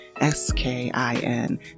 S-K-I-N